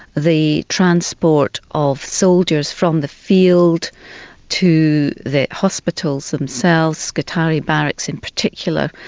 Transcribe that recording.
the transport of soldiers from the field to the hospitals themselves, scutari barracks in particular,